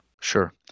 Sure